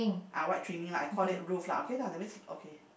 ah white trimming lah I called it roof lah okay lah that means okay